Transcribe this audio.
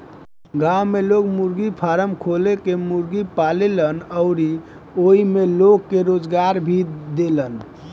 गांव में लोग मुर्गी फारम खोल के मुर्गी पालेलन अउरी ओइसे लोग के रोजगार भी देलन